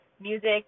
music